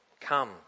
come